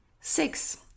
Six